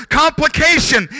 complication